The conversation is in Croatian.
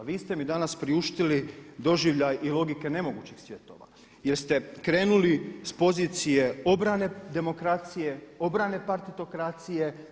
Vi ste mi danas priuštili doživljaj i logike nemogućih svjetova jer ste krenuli s pozicije obrane demokracije, obrane partitokracije.